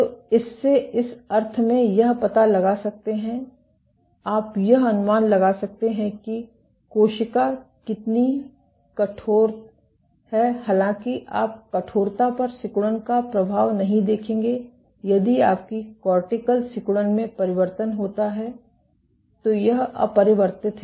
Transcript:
तो इससे इस अर्थ में यह पता लगा सकते हैं आप यह अनुमान लगा सकते हैं कि कोशिका कितनी कठोरता हालांकि आप कठोरता पर सिकुड़न का प्रभाव नहीं देखेंगे यदि आपकी कॉर्टिकल सिकुड़न में परिवर्तन नहीं होता है तो यह अपरिवर्तित है